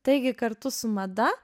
taigi kartu su mada